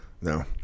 No